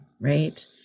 right